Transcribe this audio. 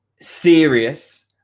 serious